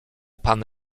pan